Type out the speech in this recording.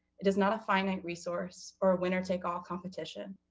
it is not a finite resource or a winner take all competition.